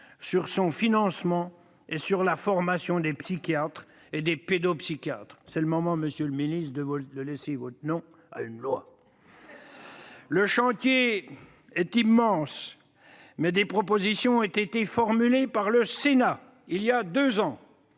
son financement et la formation des psychiatres et des pédopsychiatres. C'est le moment, monsieur le secrétaire d'État, de laisser votre nom à une loi ... Le chantier est immense, mais des propositions ont été formulées par le Sénat il y a deux ans.